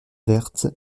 verte